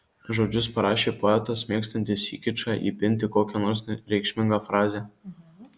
žodžius parašė poetas mėgstantis į kičą įpinti kokią nors reikšmingą frazę